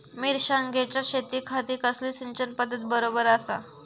मिर्षागेंच्या शेतीखाती कसली सिंचन पध्दत बरोबर आसा?